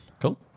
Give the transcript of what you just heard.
Cool